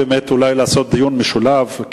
אולי לעשות דיון משולב,